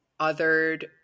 othered